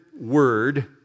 word